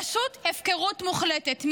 פשוט הפקרות מוחלטת.